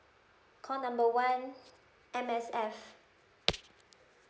call number one M_S_F